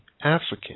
African